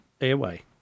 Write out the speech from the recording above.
airway